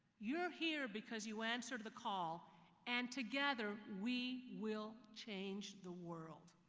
you are here because you answered the call and together, we will change the world.